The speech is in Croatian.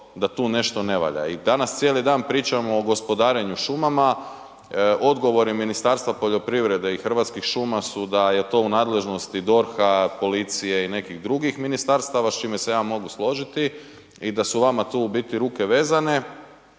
da tu nešto ne valja i danas cijeli dan pričamo o gospodarenju šumama, odgovori Ministarstva poljoprivrede i Hrvatskih šuma su da je to u nadležnosti DORH-a, policije i nekih drugih ministarstava s čime se ja mogu složiti i da su vama tu u biti ruke vezane